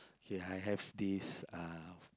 kay I have this uh